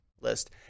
list